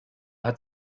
hat